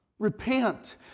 repent